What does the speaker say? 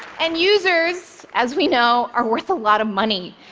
and users, as we know, are worth a lot of money.